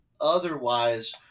Otherwise